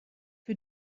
für